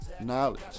knowledge